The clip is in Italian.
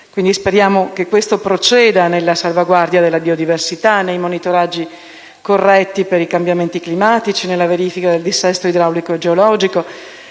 quindi che questo proceda nella salvaguardia della biodiversità, nei monitoraggi corretti per i cambiamenti climatici, nella verifica del dissesto idrogeologico.